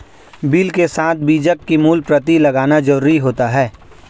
bill के साथ बीजक की मूल प्रति लगाना जरुरी होता है